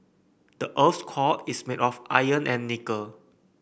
the earth's core is made of iron and nickel